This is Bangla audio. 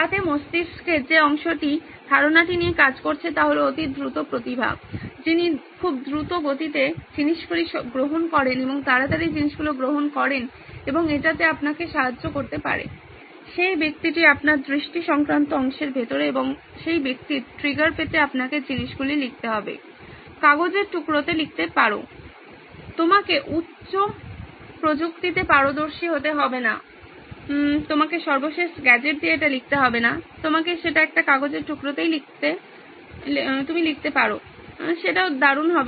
যাতে মস্তিষ্কের যে অংশটি ধারণাটি নিয়ে কাজ করছে তা হল অতি দ্রুত প্রতিভা যিনি খুব দ্রুত গতিতে জিনিসগুলো গ্রহণ করেন এবং তাড়াতাড়ি জিনিসগুলি গ্রহণ করেন এবং এটিতে আপনাকে সাহায্য করতে পারে সেই ব্যক্তিটি আপনার দৃষ্টি সংক্রান্ত অংশের ভিতরে এবং সেই ব্যক্তির ট্রিগার পেতে আপনাকে জিনিসগুলি লিখতে হবে কাগজের টুকরোতে লিখতে পারেন আপনাকে উচ্চ প্রযুক্তিতে পারদর্শী হতে হবে না আপনাকে সর্বশেষ গ্যাজেট নিয়ে এটা লিখতে হবে না আপনি সেটা একটা কাগজের টুকরোতেই লিখতে পারেন সেটাও দারুন হবে